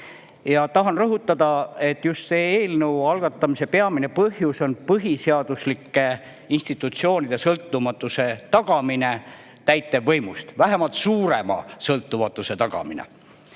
Tahan rõhutada, et eelnõu algatamise peamine põhjus on põhiseaduslike institutsioonide sõltumatuse tagamine täitevvõimust, vähemalt suurema sõltumatuse tagamine.